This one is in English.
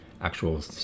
Actual